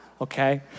okay